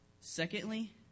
Secondly